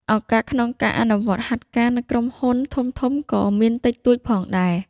ឱកាសក្នុងការអនុវត្តហាត់ការនៅក្រុមហ៊ុនធំៗក៏មានតិចតួចផងដែរ។